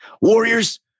Warriors